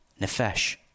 Nefesh